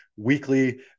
weekly